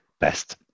best